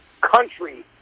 country